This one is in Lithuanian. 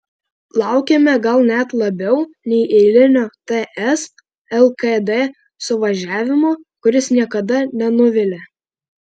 laukėme gal net labiau nei eilinio ts lkd suvažiavimo kuris niekada nenuvilia